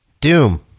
Doom